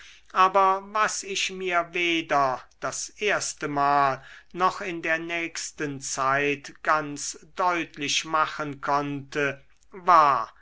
aber was ich mir weder das erstemal noch in der nächsten zeit ganz deutlich machen konnte war